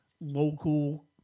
local